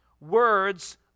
words